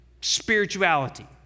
spirituality